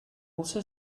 also